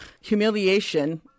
humiliation